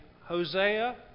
Hosea